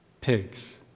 pigs